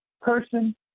person